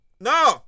No